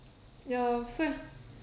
ya so